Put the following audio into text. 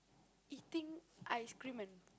eating ice cream and